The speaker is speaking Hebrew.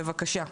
בבקשה.